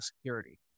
security